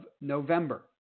November